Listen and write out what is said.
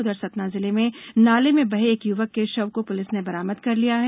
उधर सतना जिले में नाले में बहे एक युवक की शव पुलिस ने बरामद कर ली है